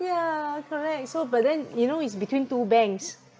yeah correct so but then you know it's between two banks